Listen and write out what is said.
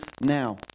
now